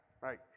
right